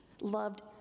loved